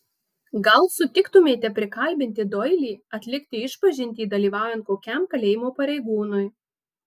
gal sutiktumėte prikalbinti doilį atlikti išpažintį dalyvaujant kokiam kalėjimo pareigūnui